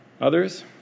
Others